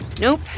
Nope